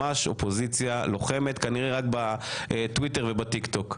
ממש אופוזיציה לוחמת, כנראה רק בטוויטר ובטיקטוק.